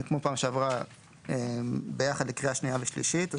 כמו בפעם שעברה ביחד לקריאה שנייה ושלישית.